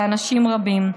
באנשים רבים.